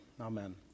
Amen